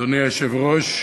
אדוני היושב-ראש,